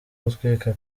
gutwita